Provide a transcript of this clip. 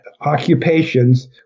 occupations